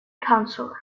councillor